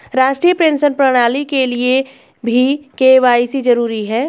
राष्ट्रीय पेंशन प्रणाली के लिए भी के.वाई.सी जरूरी है